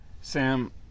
Sam